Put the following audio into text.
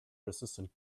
resistant